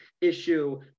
issue